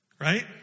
Right